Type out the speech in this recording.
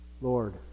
Lord